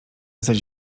zaś